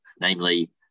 Namely